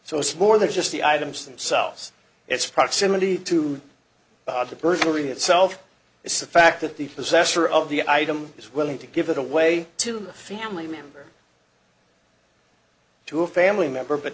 so it's more than just the items themselves it's proximity to the perjury itself it's the fact that the possessor of the item is willing to give it away to the family member to a family member but